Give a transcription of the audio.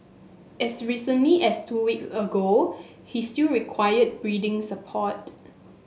as recently as two weeks ago he still required breathing support